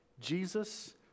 Jesus